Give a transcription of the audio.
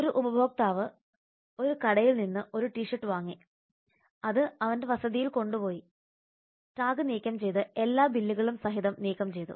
ഒരു ഉപഭോക്താവ് ഒരു കടയിൽ നിന്ന് ഒരു ടി ഷർട്ട് വാങ്ങി അത് അവന്റെ വസതിയിൽ കൊണ്ടുപോയി ടാഗ് നീക്കം ചെയ്ത് എല്ലാ ബില്ലുകളും സഹിതം നീക്കം ചെയ്തു